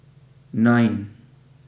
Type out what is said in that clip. nine